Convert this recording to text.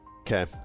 Okay